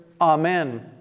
amen